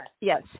Yes